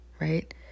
Right